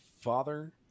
father